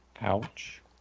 Ouch